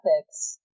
ethics